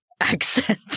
accent